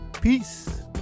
Peace